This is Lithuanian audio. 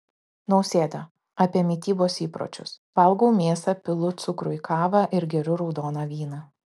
nausėda apie mitybos įpročius valgau mėsą pilu cukrų į kavą ir geriu raudoną vyną